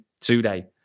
today